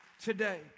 today